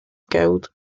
guild